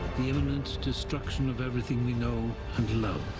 the imminent destruction of everything we know and love.